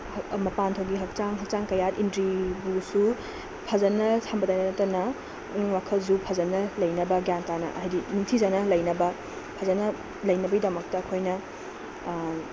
ꯃꯄꯥꯟꯊꯣꯡꯒꯤ ꯍꯛꯆꯥꯡ ꯍꯛꯆꯥꯡ ꯀꯌꯥꯠ ꯏꯟꯗ꯭ꯔꯤꯕꯨꯁꯨ ꯐꯖꯅ ꯊꯝꯕꯇ ꯅꯠꯇꯅ ꯄꯨꯛꯅꯤꯡ ꯋꯥꯈꯜꯁꯨ ꯐꯖꯅ ꯂꯩꯅꯕ ꯒ꯭ꯌꯥꯟ ꯇꯥꯅ ꯍꯥꯏꯗꯤ ꯅꯤꯡꯊꯤꯖꯅ ꯂꯩꯅꯕ ꯐꯖꯅ ꯂꯩꯅꯕꯒꯤꯗꯃꯛꯇ ꯑꯩꯈꯣꯏꯅ